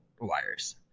wires